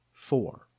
four